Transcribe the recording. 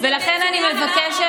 ולכן אני מבקשת,